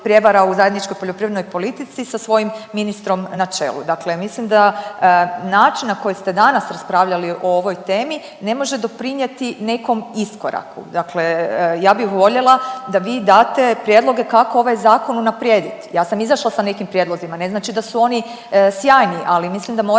u zajedničkoj poljoprivrednoj politici sa svojim ministrom na čelu. Dakle, mislim da način na koji ste danas raspravljali o ovoj temi ne može doprinijeti nekom iskoraku. Dakle, ja bih voljela da vi date prijedloge kako ovaj zakon unaprijediti. Ja sam izašla sa nekim prijedlozima, ne znači da su oni sjajni, ali mislim da moramo